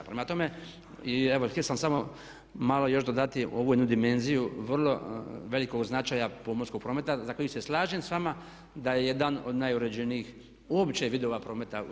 Prema tome evo htio sam samo još dodatnije ovu jednu dimenziju vrlo velikog značaja pomorskog prometa za koju se slažem s vama da je jedan od najuređenijih uopće vidova prometa u RH.